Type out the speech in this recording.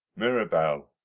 mirabell!